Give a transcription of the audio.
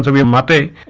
them update